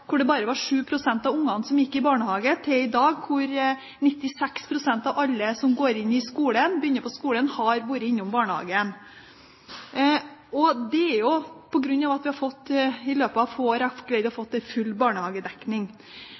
hvor det bare var 7 pst. av barna som gikk i barnehage, til i dag, hvor 96 pst. av alle som begynner på skolen, har vært innom barnehagen. Det er på grunn av at vi i løpet av få år har greid å få til full barnehagedekning.